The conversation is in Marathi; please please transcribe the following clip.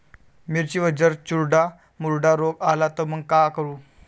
मिर्चीवर जर चुर्डा मुर्डा रोग आला त मंग का करू?